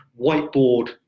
whiteboard